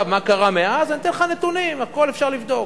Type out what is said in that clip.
מה קרה מאז, אתן לך נתונים, והכול אפשר לבדוק: